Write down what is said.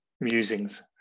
musings